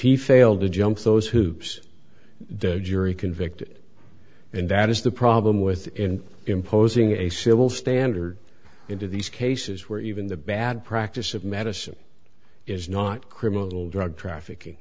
he failed to jump those hoops the jury convicted and that is the problem with in imposing a civil standard into these cases where even the bad practice of medicine is not criminal drug trafficking